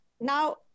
Now